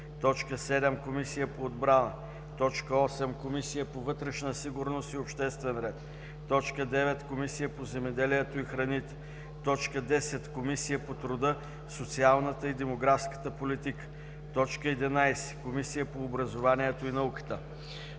политика; 7. Комисия по отбрана; 8. Комисия по вътрешна сигурност и обществен ред; 9. Комисия по земеделието и храните; 10. Комисия по труда, социалната и демографската политика; 11. Комисия по образованието и науката;